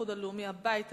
האיחוד הלאומי והבית היהודי,